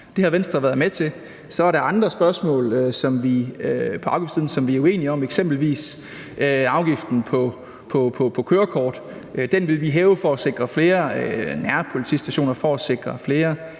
Det har Venstre været med til. Så er der andre spørgsmål på afgiftssiden, som vi er uenige om, eksempelvis afgiften på kørekort. Den vil vi hæve for at sikre flere nærpolitistationer,